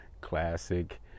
classic